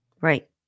Right